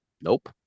Nope